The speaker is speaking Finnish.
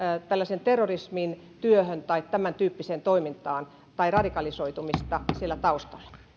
tällaiseen terrorismin työhön tai tämäntyyppiseen toimintaan tai onko radikalisoitumista siellä taustalla